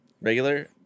Regular